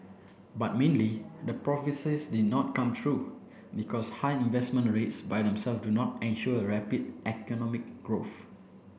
but mainly the prophecies did not come true because high investment rates by themselves do not ensure rapid economic growth